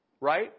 Right